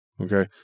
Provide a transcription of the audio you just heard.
okay